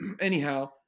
Anyhow